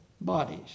bodies